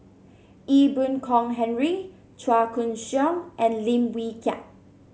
Ee Boon Kong Henry Chua Koon Siong and Lim Wee Kiak